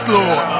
Lord